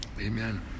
Amen